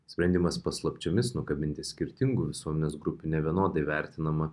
sprendimas paslapčiomis nukabinti skirtingų visuomenės grupių nevienodai vertinamą